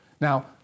Now